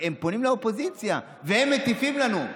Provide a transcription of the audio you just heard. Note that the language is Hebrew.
והם פונים לאופוזיציה והם מטיפים לנו.